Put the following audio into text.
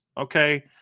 okay